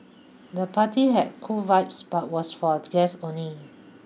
the party had cool vibe but was for guests only